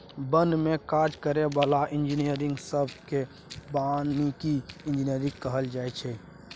बन में काज करै बला इंजीनियरिंग सब केँ बानिकी इंजीनियर कहल जाइ छै